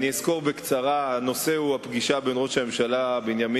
הנושא הוא הפגישה בין ראש הממשלה בנימין